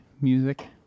music